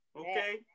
okay